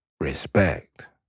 respect